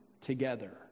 together